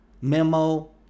memo